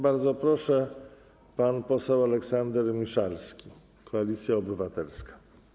Bardzo proszę, pan poseł Aleksander Miszalski, Koalicja Obywatelska.